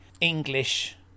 English